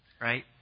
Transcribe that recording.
Right